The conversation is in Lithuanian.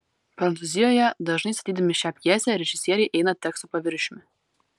prancūzijoje dažnai statydami šią pjesę režisieriai eina teksto paviršiumi